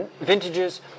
Vintages